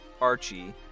Archie